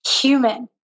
human